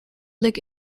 lick